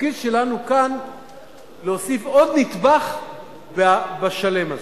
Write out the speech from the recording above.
והתפקיד שלנו כאן להוסיף עוד נדבך בשלם הזה.